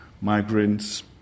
migrants